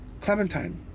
Clementine